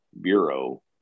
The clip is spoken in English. Bureau